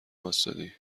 واستادی